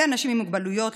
לאנשים עם מוגבלויות,